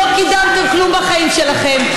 לא קידמתם כלום בחיים שלכם,